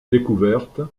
découverte